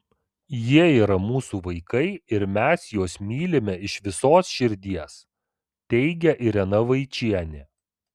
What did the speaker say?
jie yra mūsų vaikai ir mes juos mylime iš visos širdies teigia irena vaičienė